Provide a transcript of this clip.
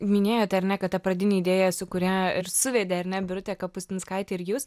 minėjote kad ta pradinė idėja su kuria ir suvedė ar ne birutę kapustinskaitę ir jus